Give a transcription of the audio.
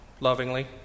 lovingly